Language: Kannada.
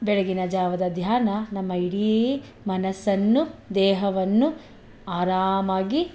ಬೆಳಗ್ಗಿನ ಜಾವದ ಧ್ಯಾನ ನಮ್ಮ ಇಡೀ ಮನಸ್ಸನ್ನು ದೇಹವನ್ನು ಆರಾಮಾಗಿ